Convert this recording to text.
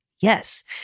Yes